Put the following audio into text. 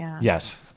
Yes